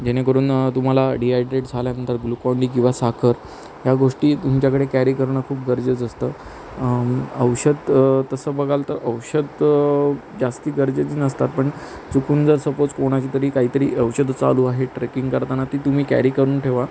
जेणेकरून तुम्हाला डिहायड्रेट झाल्यानंतर ग्लुकॉनडी किंवा साखर ह्या गोष्टी तुमच्याकडे कॅरी करणं खूप गरजेचं असतं औषध तसं बघाल तर औषध जास्त गरजेचे नसतात पण चुकून जर सपोज कोणाची तरी काही तरी औषधं चालू आहे ट्रेकिंग करताना ती तुम्ही कॅरी करून ठेवा